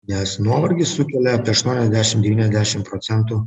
nes nuovargis sukelia apie aštuoniasdešim devyniasdešim procentų